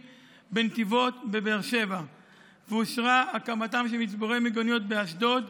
בנתיבות ובבאר שבע ואושרה הקמתם של מצבורי מיגוניות באשדוד,